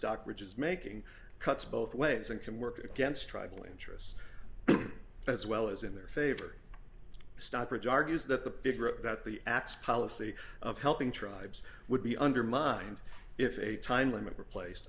stockbridge is making cuts both ways and can work against tribal interests as well as in their favor stockbridge argues that the bigger that the x policy of helping tribes would be undermined if a time limit were placed